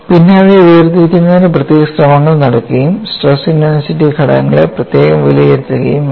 പിന്നെ അവയെ വേർതിരിക്കുന്നതിന് പ്രത്യേക ശ്രമങ്ങൾ നടത്തുകയും സ്ട്രെസ് ഇന്റെൻസിറ്റി ഘടകങ്ങളെ പ്രത്യേകം വിലയിരുത്തുകയും വേണം